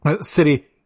City